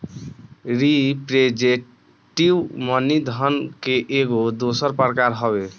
representative money धन के एगो दोसर प्रकार हवे